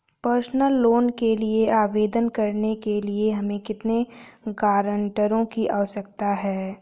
Personal loan के लिए आवेदन करने के लिए हमें कितने गारंटरों की आवश्यकता है?